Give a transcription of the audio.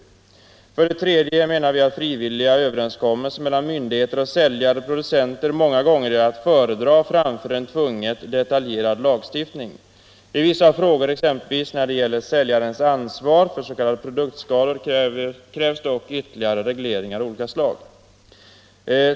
Vidare är det vår uppfattning att frivilliga överenskommelser mellan myndigheter och säljare-producenter många gånger är att föredra framför en tvunget detaljerad lagstiftning. I vissa frågor — exempelvis när det gäller säljarens ansvar för s.k. produktskador — krävs dock ytterligare regleringar av olika slag.